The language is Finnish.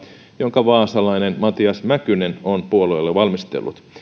jonka vaasalainen matias mäkynen on puolueelle valmistellut